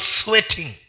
sweating